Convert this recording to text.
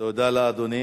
תודה לאדוני.